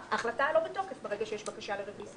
ברגע שיש בקשה לרביזיה.